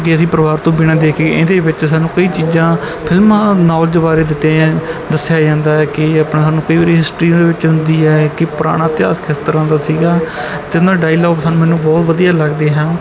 ਕਿ ਅਸੀਂ ਪਰਿਵਾਰ ਤੋਂ ਬਿਨਾ ਦੇਖੀਏ ਇਹਦੇ ਵਿੱਚ ਸਾਨੂੰ ਕਈ ਚੀਜ਼ਾਂ ਫਿਲਮਾਂ ਨੌਲੇਜ ਬਾਰੇ ਦਿੱਤਾ ਜਾਂ ਦੱਸਿਆ ਜਾਂਦਾ ਕਿ ਆਪਣਾ ਸਾਨੂੰ ਕਈ ਵਾਰੀ ਹਿਸਟਰੀ ਦੇ ਵਿੱਚੋਂ ਹੁੰਦੀ ਹੈ ਕਿ ਪੁਰਾਣਾ ਇਤਿਹਾਸ ਕਿਸ ਤਰ੍ਹਾਂ ਦਾ ਸੀਗਾ ਅਤੇ ਉਨ੍ਹਾਂ ਦੇ ਡਾਇਲੋਗ ਸਾਨੂੰ ਮੈਨੂੰ ਬਹੁਤ ਵਧੀਆ ਲੱਗਦੇ ਹਨ